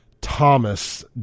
Thomas